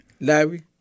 Larry